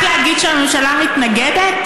רק להגיד שהממשלה מתנגדת?